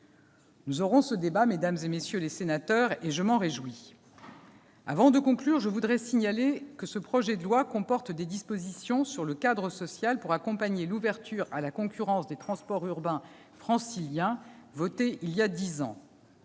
Nous aurons ce débat, mesdames, messieurs les sénateurs, et je m'en réjouis. Avant de conclure, je voudrais signaler que le projet de loi comporte des dispositions sur le cadre social pour accompagner l'ouverture à la concurrence des transports urbains franciliens, votée voilà dix ans.